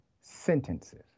sentences